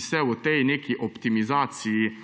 ki se v tej neki optimizaciji